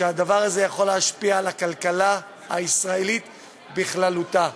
והדבר זה יכול להשפיע על הכלכלה הישראלית בכללותה.